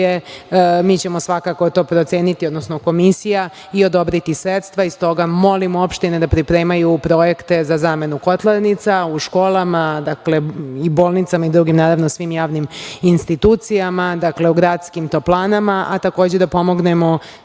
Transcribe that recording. mi ćemo svakako to proceniti, odnosno komisija i odobriti sredstva, stoga molim opštine da pripremaju projekte za zamenu kotlarnica u školama, bolnicama i svim drugim javnim institucijama, gradskim toplanama, a takođe da pomognemo